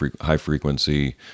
high-frequency